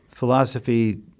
philosophy